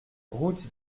route